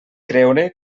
creure